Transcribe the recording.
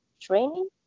training